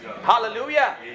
Hallelujah